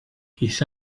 his